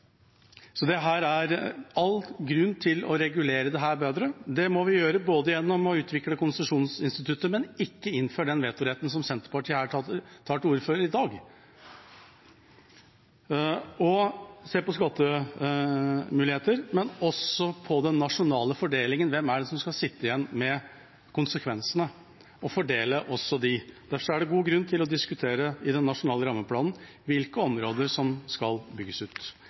Så det er all grunn til å regulere dette bedre. Det må vi gjøre ved å utvikle konsesjonsinstituttet, men ikke ved å innføre den vetoretten som Senterpartiet her tar til orde for i dag, og ved å se på skattemuligheter. Man må også se på den nasjonale fordelingen: Hvem er det som skal sitte igjen med konsekvensene – og også fordele dem? I forbindelse med den nasjonale rammeplanen er det god grunn til å diskutere hvilke områder som skal bygges ut,